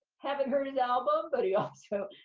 haven't heard his album, but he also,